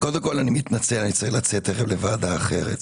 אני מתנצל, אני צריך לצאת תיכף לוועדה אחרת,